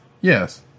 Yes